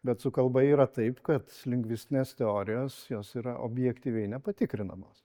bet su kalba yra taip kad lingvistinės teorijos jos yra objektyviai nepatikrinamos